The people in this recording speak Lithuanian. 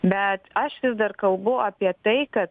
bet aš vis dar kalbu apie taiką